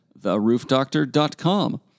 TheRoofDoctor.com